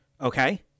okay